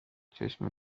چشمت